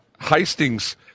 Hastings